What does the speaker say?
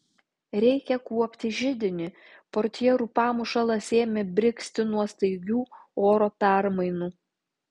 reikia kuopti židinį portjerų pamušalas ėmė brigzti nuo staigių oro permainų